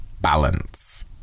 balance